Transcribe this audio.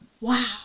wow